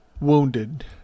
wounded